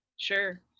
Sure